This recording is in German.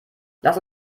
lass